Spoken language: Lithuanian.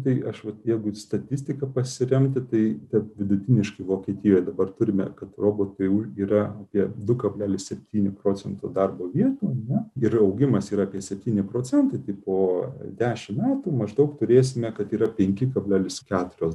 tai aš vat jeigu statistika pasiremti tai taip vidutiniškai vokietijoje dabar turime kad robotai yra apie du kablelis septyni procento darbo vietų ar ne ir augimas yra apie septyni procentai tai po dešimt metų maždaug turėsime kad yra penki kablelis keturios